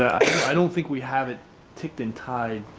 i don't think we haven't ticked in tied